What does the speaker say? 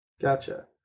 Gotcha